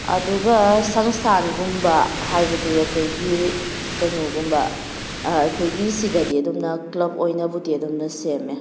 ꯑꯗꯨꯒ ꯁꯪꯁꯊꯥꯟꯒꯨꯝꯕ ꯍꯥꯏꯕꯗꯤ ꯑꯩꯈꯣꯏꯒꯤ ꯀꯩꯅꯣꯒꯨꯝꯕ ꯑꯩꯈꯣꯏꯒꯤ ꯁꯤꯗꯗꯤ ꯑꯗꯨꯝꯅ ꯀ꯭ꯂꯕ ꯑꯣꯏꯅꯕꯨꯗꯤ ꯑꯗꯨꯝꯅ ꯁꯦꯝꯃꯦ